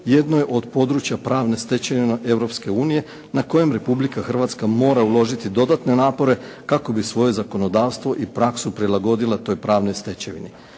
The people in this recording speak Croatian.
jedno je od područja pravne stečevine Europske unije na kojem Republika Hrvatska mora uložiti dodatne napore kako bi svoje zakonodavstvo i praksu prilagodila toj pravnoj stečevini.